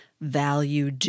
value